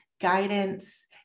guidance